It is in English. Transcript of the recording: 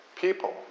people